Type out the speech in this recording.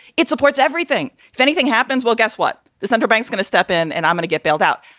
it supports everything. if anything happens, well, guess what? the central bank's going to step in and i'm going to get bailed out.